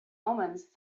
omens